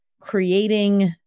creating